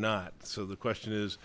not so the question is